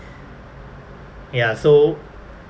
ya so